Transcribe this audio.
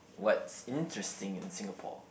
what's interesting in Singapore